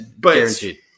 Guaranteed